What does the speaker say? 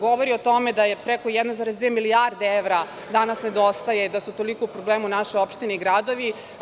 Govori o tome da preko 1,2 milijarde evra danas nedostaje, da su u tolikom problemu naše opštine i gradovi.